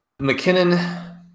McKinnon